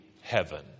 heaven